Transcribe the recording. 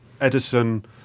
Edison